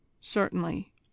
Certainly